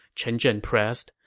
chen zhen pressed.